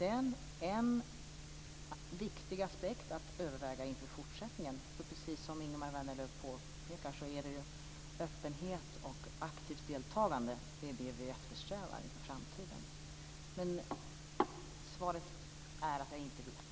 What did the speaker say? En viktig aspekt att överväga inför fortsättningen är nämndsammanträden. Precis som Ingemar Vänerlöv påpekar är öppenhet och aktivt deltagande det som eftersträvas inför framtiden. Svaret är att jag inte vet.